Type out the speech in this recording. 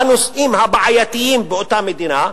בנושאים הבעייתיים באותה מדינה,